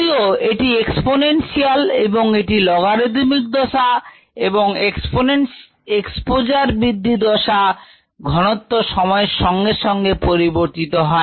যদিও এটি এক্সপোনেনশিয়াল এবং এটি লগারিদমিক দশা এবং এক্সপোজার বৃদ্ধি দশা ঘনত্ব সময়ের সঙ্গে সঙ্গে পরিবর্তিত হয়